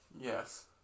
Yes